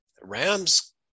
Rams